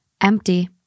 Empty